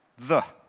the,